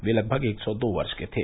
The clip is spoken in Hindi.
वे लगभग एक सौ दो वर्ष के थे